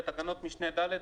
בתקנת משנה (ד),